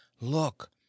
look